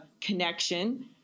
connection